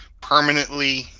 permanently